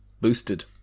boosted